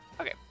Okay